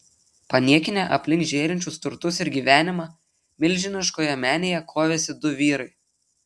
paniekinę aplink žėrinčius turtus ir gyvenimą milžiniškoje menėje kovėsi du vyrai